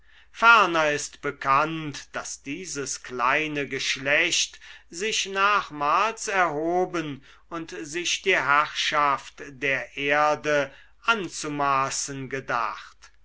ist bekannt daß dieses kleine geschlecht sich nachmals erhoben und sich die herrschaft der erde anzumaßen gedacht